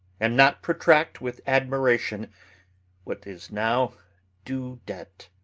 and not protract with admiration what is now due debt.